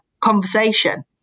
conversation